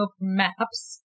maps